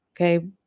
Okay